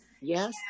Yes